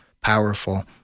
powerful